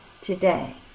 today